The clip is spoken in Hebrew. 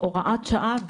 הוראת שעה,